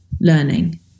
learning